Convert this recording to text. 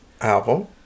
album